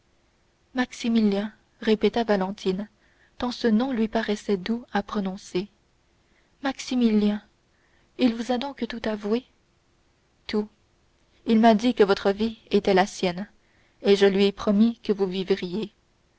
maximilien répéta valentine tant ce nom lui paraissait doux à prononcer maximilien il vous a donc tout avoué tout il m'a dit que votre vie était la sienne et je lui ai promis que vous vivriez